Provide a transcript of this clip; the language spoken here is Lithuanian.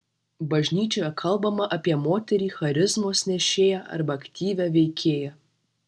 bažnyčioje kalbama apie moterį charizmos nešėją arba aktyvią veikėją